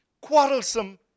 Quarrelsome